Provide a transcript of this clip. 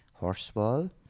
horseball